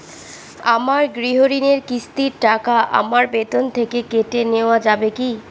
আমার গৃহঋণের কিস্তির টাকা আমার বেতন থেকে কেটে নেওয়া যাবে কি?